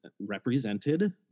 represented